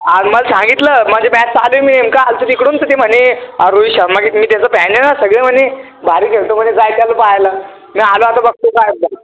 अन् मग सांगितलं माझी बॅटस् आधी मिळेल का आर सी बी कडून तर ती म्हणे रोहित शर्मा मी त्याचा फॅन आहे ना सगळे म्हणे भारी खेळतो म्हणे जायचं आहे ना पहायला मी आलो आता बघतो जायचं